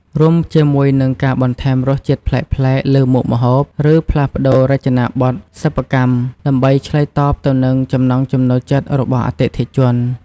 រួមជាមួយនឹង ការបន្ថែមរសជាតិប្លែកៗលើមុខម្ហូប ឬផ្លាស់ប្តូររចនាបថសិប្បកម្ម ដើម្បីឆ្លើយតបទៅនឹងចំណង់ចំណូលចិត្តរបស់អតិថិជន។